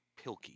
Pilkey